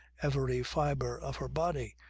every fibre of her body,